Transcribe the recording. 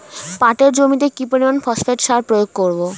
পাটের জমিতে কি পরিমান ফসফেট সার প্রয়োগ করব?